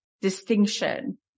distinction